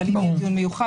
אבל אם יהיה דיון מיוחד,